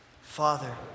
Father